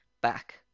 back